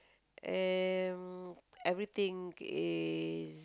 um everything is